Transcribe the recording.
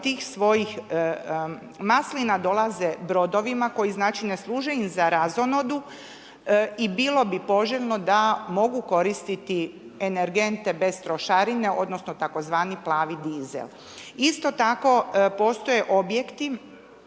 tih svojih maslina dolaze brodovima koji znači ne služe im za razonodu i bilo bi poželjno da mogu koristiti energente bez trošarina, odnosno tzv. plavi dizel. Isto tako postoje objekti